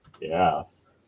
Yes